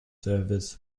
service